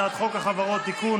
הצעת חוק החברות (תיקון,